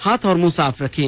हाथ और मुंह साफ रखें